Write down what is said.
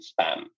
spam